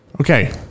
Okay